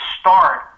start